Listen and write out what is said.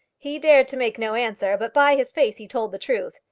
he dared to make no answer, but by his face he told the truth.